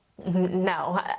No